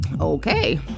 okay